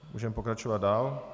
Můžeme pokračovat dál.